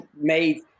made